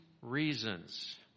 reasons